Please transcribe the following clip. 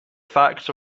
facts